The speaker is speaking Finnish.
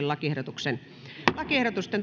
lakiehdotuksesta lakiehdotuksesta